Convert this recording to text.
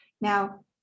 Now